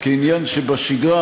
כעניין שבשגרה,